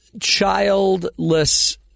childless